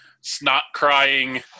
snot-crying